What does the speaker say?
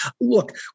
Look